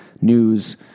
news